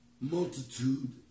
multitude